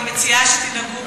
אני מציעה שתנהגו בה,